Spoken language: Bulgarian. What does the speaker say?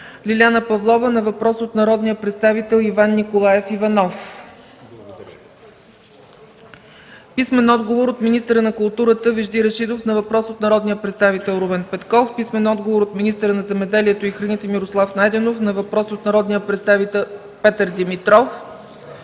Лиляна Павлова на въпрос от народния представител Иван Николаев Иванов; - министъра на култура Вежди Рашидов на въпрос от народния представител Румен Петков; - министъра на земеделието и храните Мирослав Найденов на въпрос от народния представител Петър Димитров;